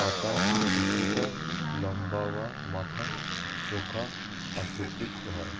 পাতা কিছুটা লম্বা ও মাথা চোখা আকৃতির হয়